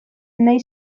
nahi